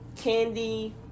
candy